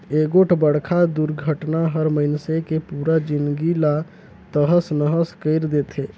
एगोठ बड़खा दुरघटना हर मइनसे के पुरा जिनगी ला तहस नहस कइर देथे